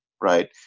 right